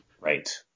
Right